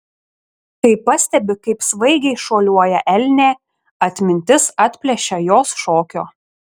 kai pastebi kaip svaigiai šuoliuoja elnė atmintis atplėšia jos šokio